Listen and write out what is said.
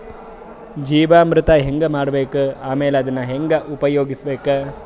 ಜೀವಾಮೃತ ಹೆಂಗ ಮಾಡಬೇಕು ಆಮೇಲೆ ಅದನ್ನ ಹೆಂಗ ಉಪಯೋಗಿಸಬೇಕು?